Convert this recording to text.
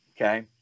Okay